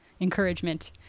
encouragement